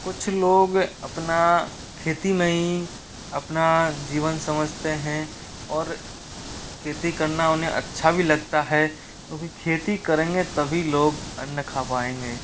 कुछ लोग अपना खेती में ही अपना जीवन समझते हैं और खेती करना उन्हें अच्छा भी लगता है क्योंकि खेती करेंगे तभी लोग अन्न खा पाएंगे